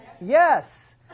Yes